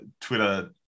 Twitter